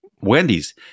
Wendy's